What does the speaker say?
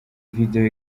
video